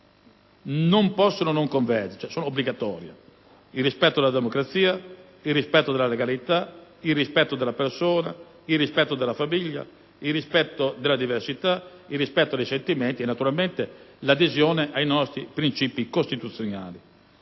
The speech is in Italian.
non possono non convergere: il rispetto della democrazia, il rispetto della legalità, il rispetto della persona, il rispetto della famiglia, il rispetto delle diversità, il rispetto dei sentimenti e, naturalmente, l'adesione ai nostri principi costituzionali.